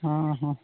ᱦᱮᱸ ᱦᱮᱸ